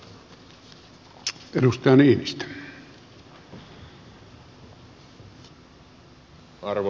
arvoisa puhemies